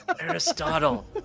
Aristotle